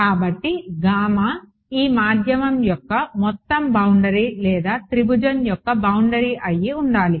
కాబట్టి గామా ఈ మాధ్యమం యొక్క మొత్తం బౌండరీ లేదా త్రిభుజం యొక్క బౌండరీ అయి ఉండాలి